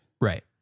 Right